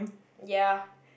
ya